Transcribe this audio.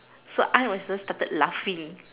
so I and my sister started laughing